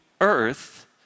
earth